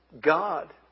God